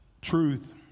truth